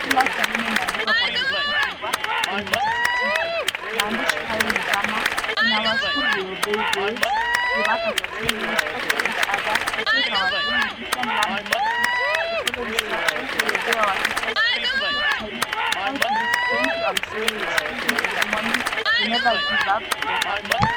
Kila sehemu imeandikwa kwa herufi kubwa, zenye msisitizo, maandishi hayo ni kama, in our school we obey rules, we work as a team, we respect each other, we chase our dreams, we listen, learn, and compete. We follow instructions, we obey our teachers, we keep time, we say please, thank you, i'm sorry, excuse me, good morning. We never give up, we are family .